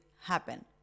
happen